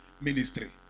ministry